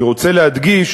אני רוצה להדגיש